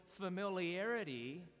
familiarity